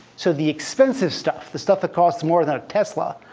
so the expensive stuff, the stuff that costs more than a tesla,